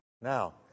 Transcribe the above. Now